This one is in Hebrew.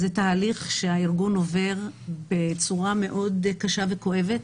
זה תהליך שהארגון עובר בצורה מאוד קשה וכואבת.